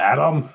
Adam